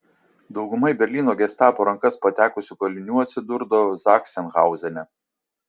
dauguma į berlyno gestapo rankas patekusių kalinių atsidurdavo zachsenhauzene